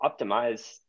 optimize